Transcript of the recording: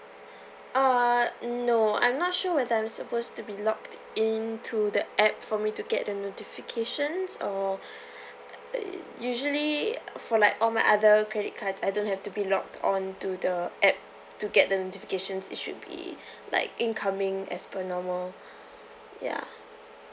uh no I'm not sure whether I'm supposed to be login to the app for me to get the notifications or err usually uh for like all my other credit cards I don't have to be log onto the app to get the notifications it should be like incoming as per normal ya